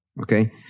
okay